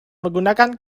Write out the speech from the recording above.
menggunakan